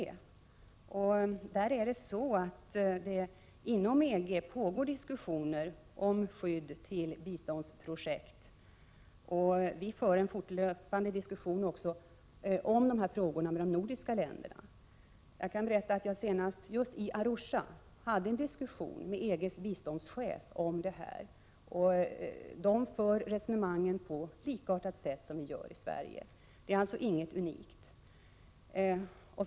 Inom EG förs det diskussioner om skydd till biståndsprojekt. Vi diskuterar också fortlöpande denna fråga med de andra nordiska länderna. I Arusha diskuterade jag med EG:s biståndschef om just dessa problem. Det förs inom EG likartade resonemang som de vi för i Sverige. Vi är alltså inte unika.